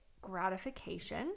gratification